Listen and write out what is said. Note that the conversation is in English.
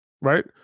right